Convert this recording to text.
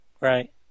Right